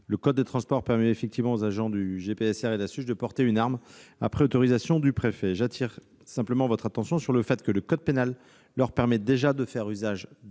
Le code des transports permet aux agents du GPSR et de la SUGE de porter une arme, après autorisation du préfet. J'attire votre attention sur le fait que le code pénal leur permet déjà de faire usage